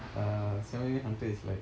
uh xiao mei mei hunter is like